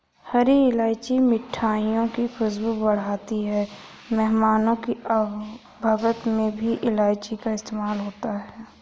हरी इलायची मिठाइयों की खुशबू बढ़ाती है मेहमानों की आवभगत में भी इलायची का इस्तेमाल होता है